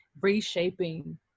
reshaping